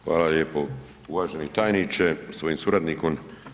Hvala lijepo uvaženi tajniče sa svojim suradnikom.